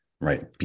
right